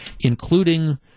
including